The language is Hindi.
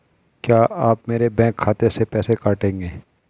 क्या आप मेरे बैंक खाते से पैसे काटेंगे?